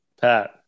Pat